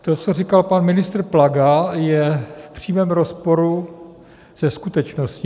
To, co říkal pan ministr Plaga, je v přímém rozporu se skutečností.